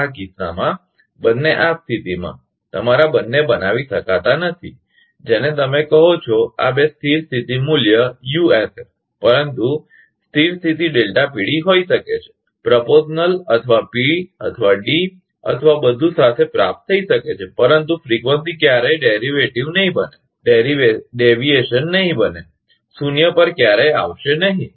આ કિસ્સામાં બંને આ સ્થિતિમાં તમારા બંને બનાવી શકતા નથી જેને તમે કહો છો આ બે સ્થિર સ્થિતી મૂલ્ય યુએસએસUSS પરંતુ સ્થિર સ્થિતી હોઈ શકે છે પ્ર્પોશનલ અથવા P D અથવા બધું સાથે પ્રાપ્ત થઈ શકે છે પરંતુ આવર્તન ક્યારેય વિચલન નહીં બને શૂન્ય પર ક્યારેય આવશે નહીં